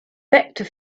vector